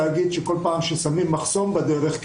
ואני אבקש את ההתייחסות של פרופסור זרקא לעניין.